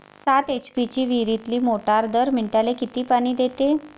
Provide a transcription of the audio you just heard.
सात एच.पी ची विहिरीतली मोटार दर मिनटाले किती पानी देते?